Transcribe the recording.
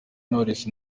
knowless